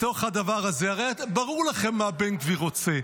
בתוך הדבר הזה, הרי ברור לכם מה בן גביר רוצה,